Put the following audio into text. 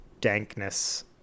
dankness